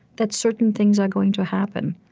that certain things are going to happen.